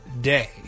day